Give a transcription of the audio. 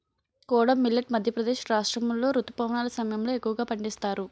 kodo millet Madhya Pradesh రాష్ట్రాములో రుతుపవనాల సమయంలో ఎక్కువగా పండిస్తారు